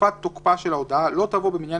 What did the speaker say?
תקופת תוקפה של ההודעה לא תבוא במניין